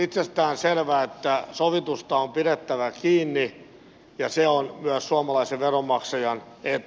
on itsestäänselvää että sovitusta on pidettävä kiinni ja se on myös suomalaisen veronmaksajan etu